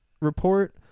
report